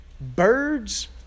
birds